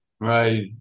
Right